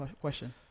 question